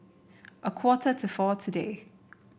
a quarter to four today